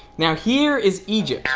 now here is egypt,